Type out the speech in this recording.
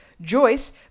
joyce